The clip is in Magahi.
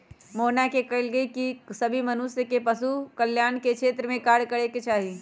मोहना ने कहल कई की सभी मनुष्य के पशु कल्याण के क्षेत्र में कार्य करे के चाहि